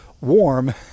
warm